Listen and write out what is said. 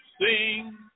sing